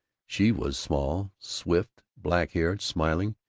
she was small, swift, black-haired, smiling.